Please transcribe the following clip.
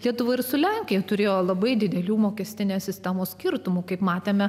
lietuva ir su lenkija turėjo labai didelių mokestinės sistemos skirtumų kaip matėme